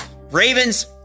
Ravens